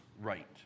right